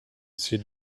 sit